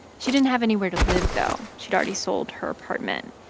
she didn't have anywhere to live, though. she'd already sold her apartment.